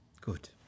Good